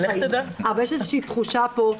אבל יש איזושהי תחושה פה,